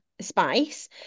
spice